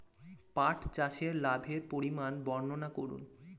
পাঠ চাষের লাভের পরিমান বর্ননা করুন?